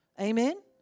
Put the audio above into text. Amen